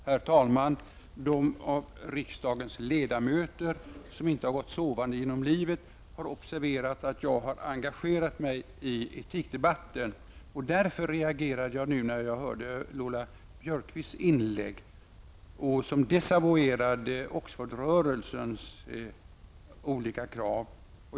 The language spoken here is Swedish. Herr talman! De riksdagsledamöter som inte gått sovande genom livet har observerat att jag har engagerat mig i etikdebatten. Därför reagerade jag när jag hörde Lola Björkquists inlägg som desavouerade Oxfordrörelsens olika krav.